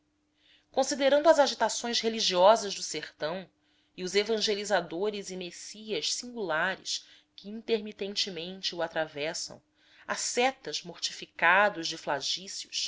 considerando as agitações religiosas do sertão e os evangelizadores e messias singulares que intermitentemente o atravessam ascetas mortificados de